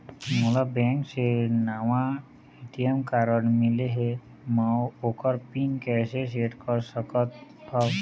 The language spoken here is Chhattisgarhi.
मोला बैंक से नावा ए.टी.एम कारड मिले हे, म ओकर पिन कैसे सेट कर सकत हव?